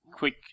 quick